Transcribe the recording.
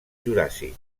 juràssic